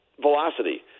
velocity